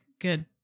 Good